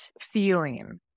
feeling